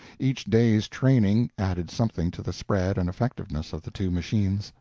each day's training added something to the spread and effectiveness of the two machines.